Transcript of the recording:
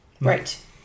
Right